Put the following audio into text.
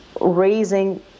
raising